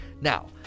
now